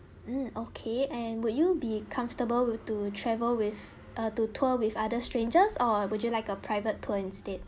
mm okay and would you be comfortable to travel with uh to tour with other strangers or would you like a private tour instead